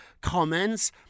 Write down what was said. comments